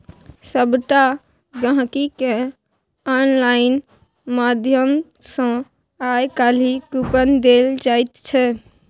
सभटा गहिंकीकेँ आनलाइन माध्यम सँ आय काल्हि कूपन देल जाइत छै